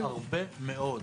ויש הרבה מאוד.